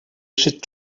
should